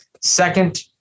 Second